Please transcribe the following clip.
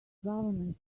government